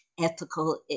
ethical